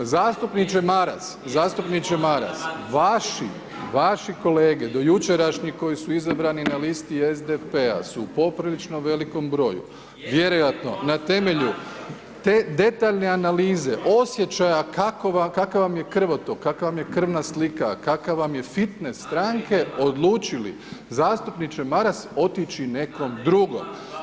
Zastupniče Maras …… [[Upadica sa strane, ne razumije se.]] Zastupniče Maras, vaši kolege dojučerašnji koji su izabrani na listi SDP-a su u poprilično velikom broju vjerojatno na temelju te detaljne analize osjećaja kakav vam je krvotok, kakva vam je krvna slika, kakav vam je fitnes stranke, odlučili, zastupniče Maras, otići nekom drugom.